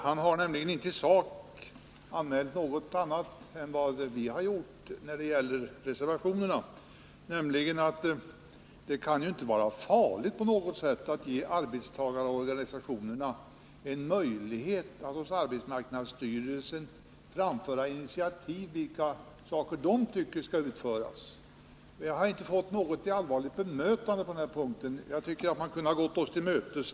Han har nämligen inte i sak anmält någon annan uppfattning än vi har gjort i reservationerna, nämligen att det inte på något sätt kan vara farligt att ge arbetstagarorganisationerna rätt att hos arbetsmarknadsstyrelsen framföra initiativ när det gäller de saker de tycker skall utföras. Jag har inte fått något allvarligt bemötande på den punkten. Jag tycker att ni åtminstone där kunde ha gått oss till mötes.